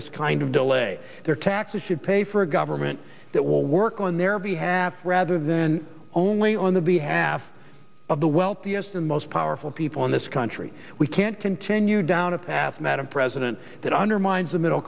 this kind of delay their taxes should pay for a government that will work on their behalf rather than only on the behalf of the wealthiest and most powerful people in this country we can't continue down a path madam president that undermines the middle